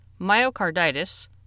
myocarditis